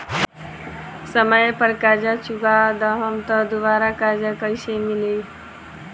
समय पर कर्जा चुका दहम त दुबाराकर्जा कइसे मिली?